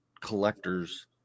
collectors